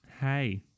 Hey